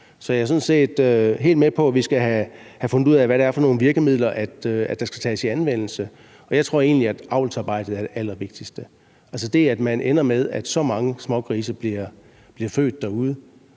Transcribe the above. sådan set helt med på, at vi skal have fundet ud af, hvad det er for nogle virkemidler, der skal tages i anvendelse, og jeg tror egentlig, at avlsarbejdet er det allervigtigste. Det, at man ender med, at så mange smågrise bliver født derude,